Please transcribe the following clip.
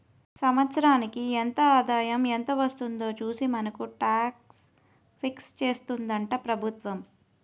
సంవత్సరానికి ఎంత ఆదాయం ఎంత వస్తుందో చూసి మనకు టాక్స్ ఫిక్స్ చేస్తుందట ప్రభుత్వం